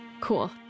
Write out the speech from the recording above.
Cool